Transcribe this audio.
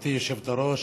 גברתי היושבת-ראש.